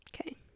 Okay